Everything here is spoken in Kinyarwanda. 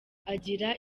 agira